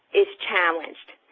is challenged.